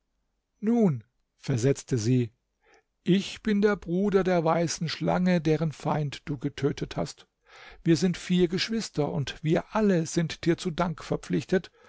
nun versetzte sie ich bin der bruder der weißen schlange deren feind du getötet hast wir sind vier geschwister und wir alle sind dir zu dank verpflichtet